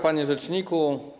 Panie Rzeczniku!